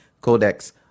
Codex